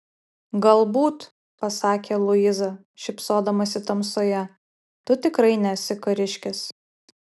galbūt pasakė luiza šypsodamasi tamsoje tu tikrai nesi kariškis